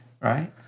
Right